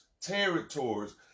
territories